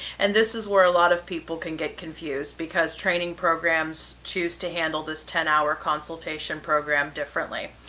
and this is where a lot of people can get confused because training programs choose to handle this ten hour consultation program differently.